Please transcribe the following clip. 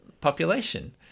population